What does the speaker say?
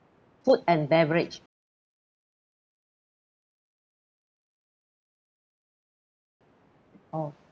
food and beverage oh